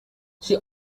she